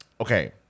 okay